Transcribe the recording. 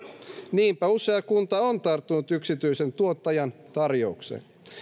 niinpä usea kunta on tarttunut yksityisen tuottajan tarjoukseen